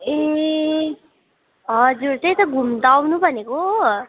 ए हजुर त्यही त घुम्नु त आउनु भनेको हो